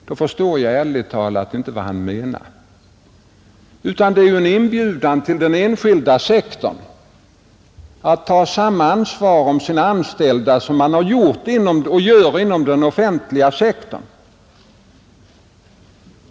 Det är ju en inbjudan till den enskilda sektorn att ta samma ansvar för sina anställda som man har gjort och gör inom den offentliga sektorn.